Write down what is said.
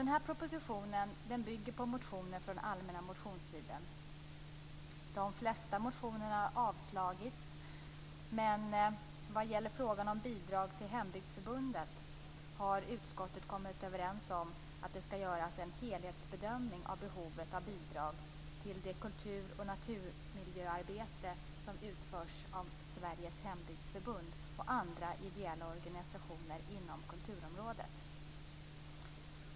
Den här propositionen bygger på motioner från allmänna motionstiden. De flesta av motionerna har avstyrkts, men vad gäller bidrag till Hembygdsförbundet har utskottet kommit överens om att det skall göras en helhetsbedömning av behovet av bidrag till det kultur och naturmiljöarbete som utförs av Sveriges hembygdsförbund och andra ideella organisationer inom kulturområdet.